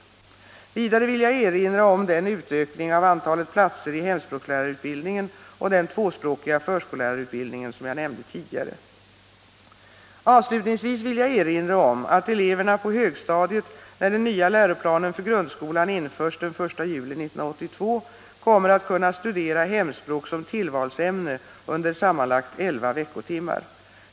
Vidare vill jag erinra om den utökning av antalet platser i hemspråkslärarutbildningen och den tvåspråkiga förskollärarutbildningen som jag nämnde tidigare. Avslutningsvis vill jag erinra om att eleverna på högstadiet när den nya läroplanen för grundskolan införs den 1 juli 1982 kommer att kunna studera hemspråk som tillvalsämne under sammanlagt elva veckotimmar.